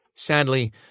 Sadly